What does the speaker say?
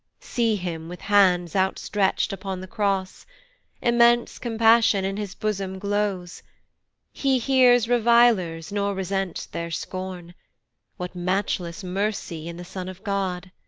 see him with hands out-stretcht upon the cross immense compassion in his bosom glows he hears revilers, nor resents their scorn what matchless mercy in the son of god!